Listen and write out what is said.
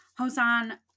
Hosan